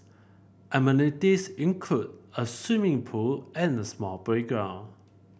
amenities include a swimming pool and small playground